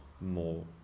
more